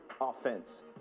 offense